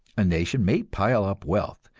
a nation may pile up wealth,